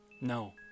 No